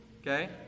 Okay